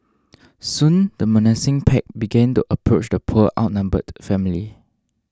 soon the menacing pack began to approach the poor outnumbered family